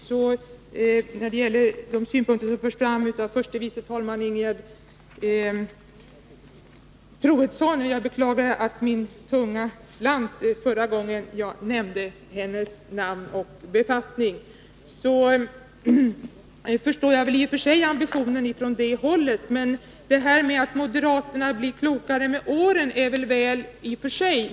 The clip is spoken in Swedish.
Jag vill sedan ta upp de synpunkter som anförts av förste vice talmannen Ingegerd Troedsson — jag beklagar att min tunga slant förra gången jag nämnde hennes namn och befattning. Jag förstår i och för sig ambitionen från det hållet. Detta att moderaterna blivit klokare med åren är bra i och för sig.